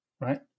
right